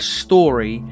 story